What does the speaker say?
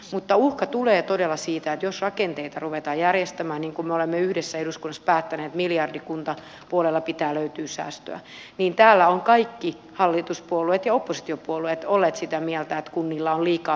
mutta uhka tulee todella siitä että jos rakenteita ruvetaan järjestämään niin kuin me olemme yhdessä eduskunnassa päättäneet miljardi kuntapuolella pitää löytyä säästöä niin täällä ovat kaikki hallituspuolueet ja oppositiopuolueet olleet sitä mieltä että kunnilla on liikaa tehtäviä